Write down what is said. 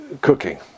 cooking